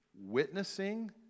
witnessing